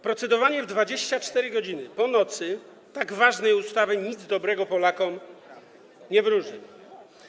Procedowanie w 24 godziny, po nocy, tak ważnej ustawy nic dobrego Polakom nie wróży.